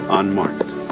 unmarked